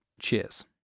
Cheers